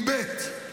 עם בי"ת.